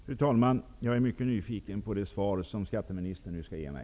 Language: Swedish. Fru talman! Jag är mycket nyfiken på det svar som skatteministern nu skall ge mig.